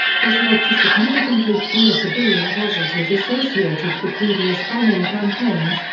this led to significantly fewer civilian casualties associated with previous bombing campaigns,